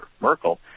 Merkel